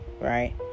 Right